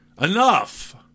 Enough